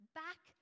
back